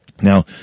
Now